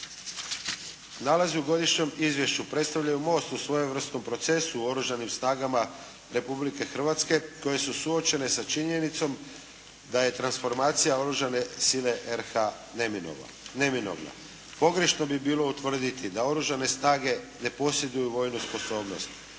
Nalazi u godišnjem izvješću predstavljaju most u svojevrsnom procesu u Oružanim snagama Republike Hrvatske koje su suočene sa činjenicom da je transformacija oružane sile RH neminovna. Pogrešno bi bilo utvrditi da Oružane snage ne posjeduju vojnu sposobnost.